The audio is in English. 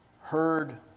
heard